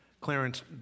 Clarence